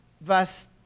verse